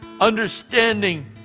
understanding